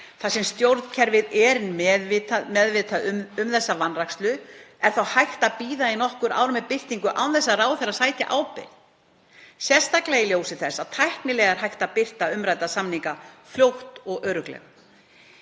þar sem stjórnkerfið sé meðvitað um þessa vanrækslu. Er þá hægt að bíða í nokkur ár með birtingu án þess að ráðherrar sæti ábyrgð, sérstaklega í ljósi þess að tæknilega er hægt að birta umrædda samninga fljótt og örugglega?